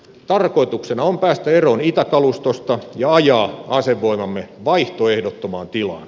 tarkoituksena on päästä eroon itäkalustosta ja ajaa asevoimamme vaihtoehdottomaan tilaan